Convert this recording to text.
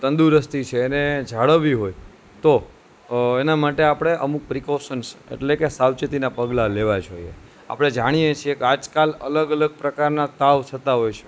તંદુરસ્તી છે એને જાળવવી હોય તો એના માટે આપણે અમુક પ્રિક્રોશન્સ એટલે કે સાવચેતીના પગલા લેવા જોઈયે આપણે જાણીયે છીએ કે આજકાલ અલગ અલગ પ્રકારના તાવ થતા હોય છે